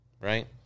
right